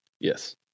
Yes